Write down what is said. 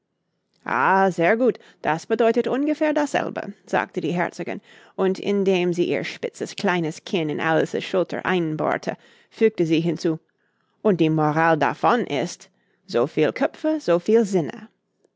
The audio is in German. ah sehr gut das bedeutet ungefähr dasselbe sagte die herzogin und indem sie ihr spitzes kleines kinn in alice's schulter einbohrte fügte sie hinzu und die moral davon ist so viel köpfe so viel sinne